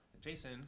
Jason